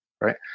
right